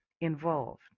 involved